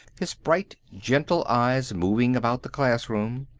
his bright gentle eyes moving about the classroom.